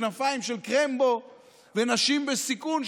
כנפיים של קרמבו ונשים בסיכון,